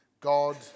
God